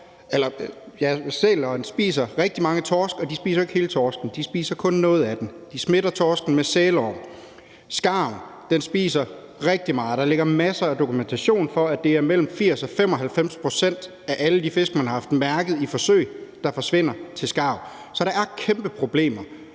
sælerne spiser rigtig mange torsk, og de spiser jo ikke hele torsken, de spiser kun noget af den. Og de smitter torsken med sælorm. Skarven spiser rigtig meget. Der ligger masser af dokumentation for, at det er mellem 80 og 95 pct. af alle de fisk, man har haft mærket i forsøg, der forsvinder til skarve. Så der er kæmpeproblemer